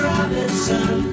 Robinson